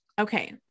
Okay